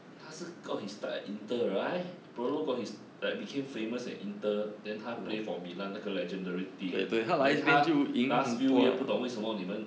他是个 his start at inter right pirlo got his like became famous at inter then 他 play for milan 那个 legendary team then 他 last few year 不懂为什么你们